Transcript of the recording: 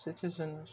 citizens